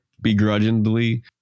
begrudgingly